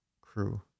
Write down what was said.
crew